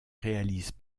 réalisent